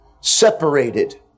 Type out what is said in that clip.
separated